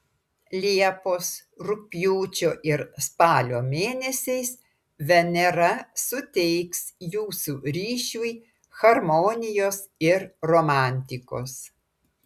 liepos rugpjūčio ir spalio mėnesiais venera suteiks jūsų ryšiui harmonijos ir romantikos